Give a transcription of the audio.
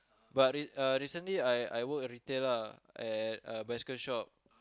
but re~ uh recently I I work retail lah at uh bicycle shop